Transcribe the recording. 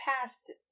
past